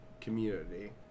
community